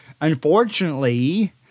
unfortunately